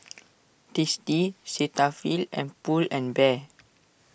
Tasty Cetaphil and Pull and Bear